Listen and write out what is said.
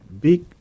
big